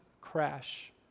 crash